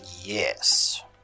Yes